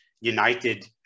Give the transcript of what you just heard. United